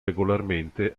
regolarmente